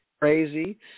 crazy